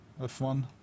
F1